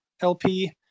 lp